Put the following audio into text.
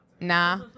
Nah